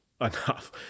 enough